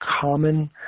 common